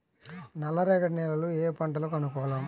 నల్లరేగడి నేలలు ఏ పంటలకు అనుకూలం?